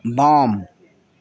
वाम